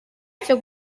cyo